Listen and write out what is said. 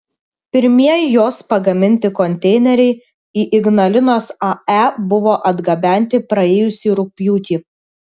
pirmieji jos pagaminti konteineriai į ignalinos ae buvo atgabenti praėjusį rugpjūtį